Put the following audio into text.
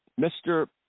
Mr